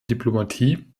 diplomatie